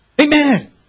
Amen